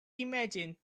imagine